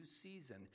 season